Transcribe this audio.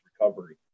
recovery